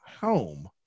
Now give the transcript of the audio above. home